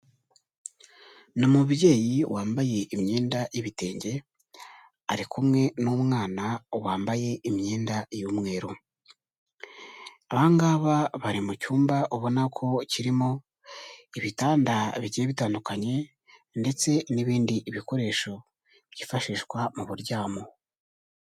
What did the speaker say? Ni umubyeyi wambaye imyenda y'ibitenge, ari kumwe n'umwana wambaye imyenda y'umweru, aba ngaba bari mu cyumba ubona ko kirimo ibitanda bigiye bitandukanye ndetse n'ibindi bikoresho byifashishwa mu buryamo.